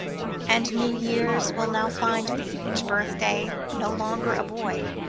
and new years will now find me, each birthday, no longer a boy,